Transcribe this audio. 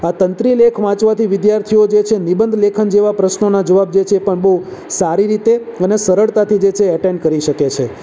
આ તંત્રીલેખ વાંચવાથી વિદ્યાર્થીઓ જે છે નિબંધ લેખન જેવા પ્રશ્નોના જવાબ જે છે એ પણ બહુ સારી રીતે અને સરળતાથી એ જે છે એ એટેન્ડ કરી શકે છે